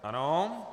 Ano.